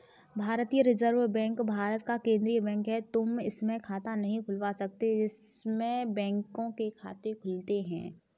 भारतीय reserve bank Bharat का केन्द्रीय बैंक है, तुम इसमें खाता नहीं खुलवा सकते इसमें बैंकों के खाते खुलते हैं